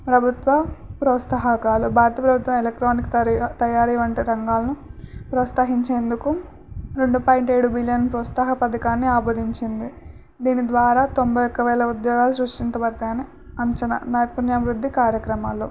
ప్రభుత్వ ప్రోత్సాహకాలు భారత ప్రభుత్వం ఎలక్ట్రానిక్ త తయారీ వంటి రంగాలను ప్రోత్సహించేందుకు రెండు పాయింట్ ఏడు బిలియన్ ప్రోత్సాహ పథకాన్ని ఆరంభించింది దీని ద్వారా తొంభై ఒక్కవేల ఉద్యోగాలు సృష్టించ పడతాయని అంచనా నైపుణ్యాభివృద్ధి కార్యక్రమాలు